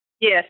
Yes